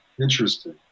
Interesting